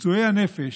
פצועי הנפש,